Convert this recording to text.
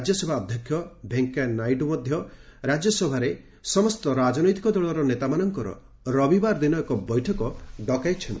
ରାଜ୍ୟସଭା ଅଧ୍ୟକ୍ଷ ଭେଙ୍କୟା ନାଇଡ଼ୁ ମଧ୍ୟ ରାଜ୍ୟସଭାରେ ସମସ୍ତ ରାଜନୈତିକ ଦଳର ନେତାମାନଙ୍କର ରବିବାର ଦିନ ଏକ ବୈଠକ ଡକାଇଛନ୍ତି